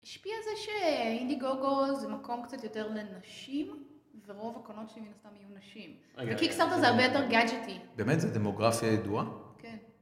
השפיע זה שאינדיגוגו זה מקום קצת יותר לנשים ורוב הקונות שלי מן הסתם יהיו נשים, וקיקסטארטר זה הרבה יותר גדג'טי. באמת זה דמוגרפיה ידועה? כן.